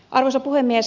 arvoisa puhemies